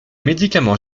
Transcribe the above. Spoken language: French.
médicaments